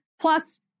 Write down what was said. Plus